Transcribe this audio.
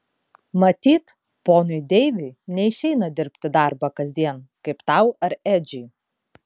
matyt ponui deiviui neišeina dirbti darbą kasdien kaip tau ar edžiui